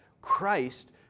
Christ